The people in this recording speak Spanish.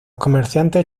comerciantes